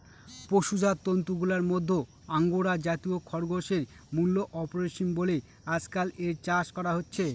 পশুজাত তন্তুগুলার মধ্যে আঙ্গোরা জাতীয় খরগোশের মূল্য অপরিসীম বলে আজকাল এর চাষ করা হচ্ছে